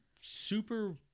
super